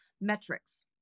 metrics